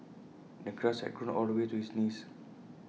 the grass had grown all the way to his knees